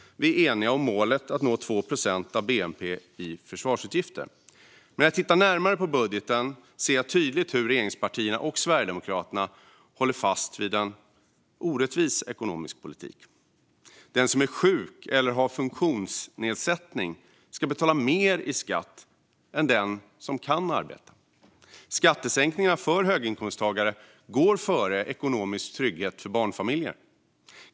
Vi är eniga om målet att nå 2 procent av bnp i försvarsutgifter. När jag tittar närmare på budgeten ser jag tydligt hur regeringspartierna och Sverigedemokraterna håller fast vid en orättvis ekonomisk politik. Den som är sjuk eller har en funktionsnedsättning ska betala mer i skatt än den som kan arbeta. Skattesänkningar för höginkomsttagare går före ekonomisk trygghet för barnfamiljer.